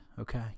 Okay